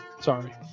Sorry